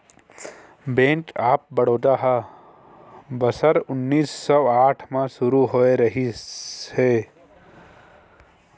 bank of Baroda ह बछर उन्नीस सौ आठ म सुरू होए रिहिस हे